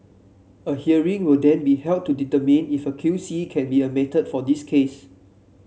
a hearing will then be held to determine if a QC can be admitted for the case